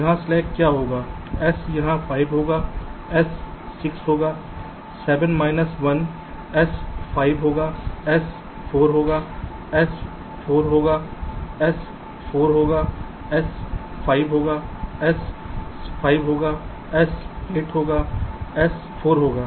यहाँ स्लैक क्या होगा S यहाँ 5 होगा S 6 होगा 7 माइनस 1 S 5 होगा S 4 होगा S 4 होगा S 4 होगा S 5 होगा S 5 होगा S 8 और यहां S 4 होगा